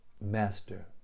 master